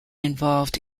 involved